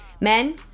Men